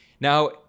Now